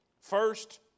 first